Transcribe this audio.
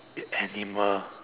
eat animal